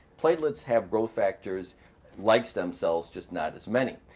platelets have growth factors like stem cells, just not as many.